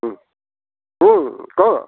ক